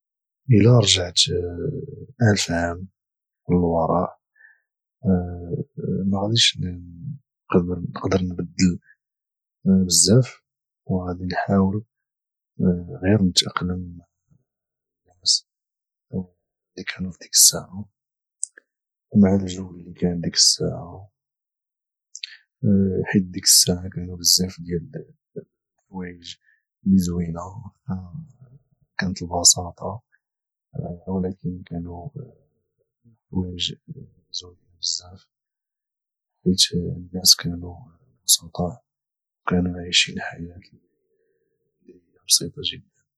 الى رجعت عام الف عام الوراء ما غاديش نقدر نبدل بزاف وغادي نحاول غير نتاقلم مع الناس اللي كانوا في ذيك الساعه ومع الجو اللي كان ذيك الساعه حيت ديك الساعة كانو بزاف ديال الحوايج اللي زوينة وخا كانت البساطة ولكن كانو حوايج زوينة بزاف حيت الناس كانو بسطاء وكانو عايشين حياة اللي هي بسيطة جدا